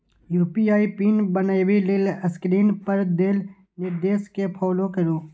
UPI PIN बनबै लेल screen पर देल निर्देश कें फॉलो करू